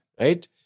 right